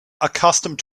accustomed